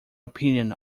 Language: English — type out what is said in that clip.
opinion